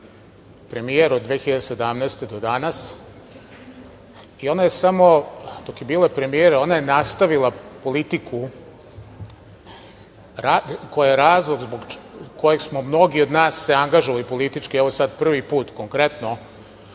premijer od 2017. godine do danas i ona je samo, dok je bila premijer, je nastavila politiku koja je razlog zbog kojeg smo se mnogi od nas angažovali politički, evo sada prvi put konkretno,